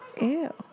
Ew